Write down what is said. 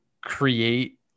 create